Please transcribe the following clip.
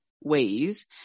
ways